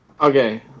Okay